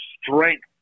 strength